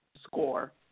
score